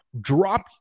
Drop